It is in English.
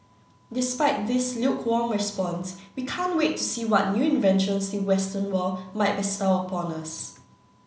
despite this lukewarm response we can't wait to see what new inventions the western world might bestow upon us